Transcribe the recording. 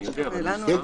אני יודע, אבל זה מוסכם?